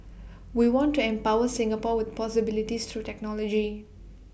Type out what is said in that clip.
we want to empower Singapore with possibilities through technology